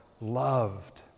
loved